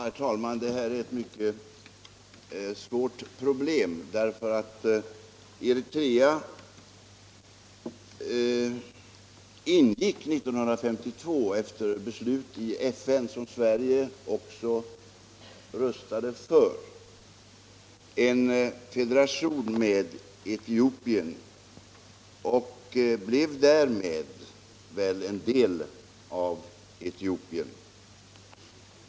Herr talman! Det här är ett mycket svårt problem därför att Eritrea ingick 1952, efter ett beslut i FN som Sverige också röstade för, en fe deration med Etiopien och blev väl därmed en del av Etiopien.